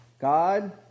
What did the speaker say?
God